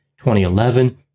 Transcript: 2011